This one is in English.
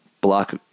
block